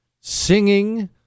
singing